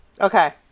Okay